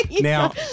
Now